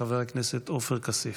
חבר הכנסת עופר כסיף.